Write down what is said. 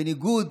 בניגוד